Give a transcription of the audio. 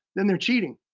then they're cheating.